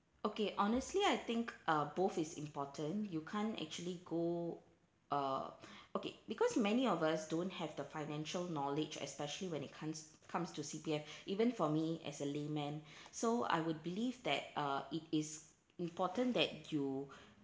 okay honestly I think uh both is important you can't actually go uh okay because many of us don't have the financial knowledge especially when it comes comes to C_P_F even for me as a layman so I would believe that uh it is important that you